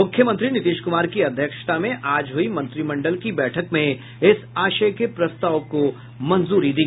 मुख्यमंत्री नीतीश कुमार की अध्यक्षता में आज हुई मंत्रिमंडल की बैठक में इस आशय के प्रस्ताव को मंजूरी दी